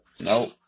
Nope